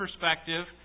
perspective